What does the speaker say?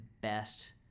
best